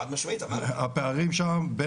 הפערים שם,